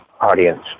audience